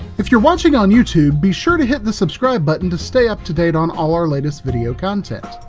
if you're watching on youtube, be sure to hit the subscribe button to stay up to date on all our latest video content.